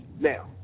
Now